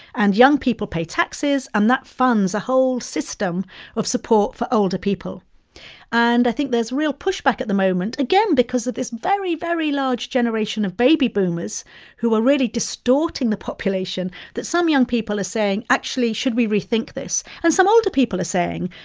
and young people pay taxes, and that funds a whole system of support for older people and i think there's real pushback at the moment, again, because of this very, very large generation of baby boomers who are really distorting the population that some young people are saying, actually, should we rethink this? and some older people are saying,